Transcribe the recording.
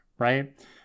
Right